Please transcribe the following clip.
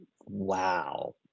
wow